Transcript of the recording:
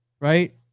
Right